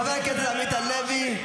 --- חבר הכנסת עמית הלוי,